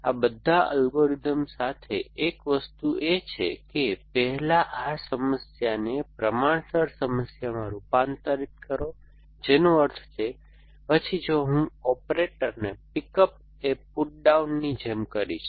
તેથી આ બધા એલ્ગોરિધમ્સ સાથે એક વસ્તુ એ છે કે પહેલા આ સમસ્યાને પ્રમાણસર સમસ્યામાં રૂપાંતરિત કરો જેનો અર્થ છે પછી જો હું ઓપરેટરને પિક અપ એ પુટ ડાઉનની જેમ કરીશ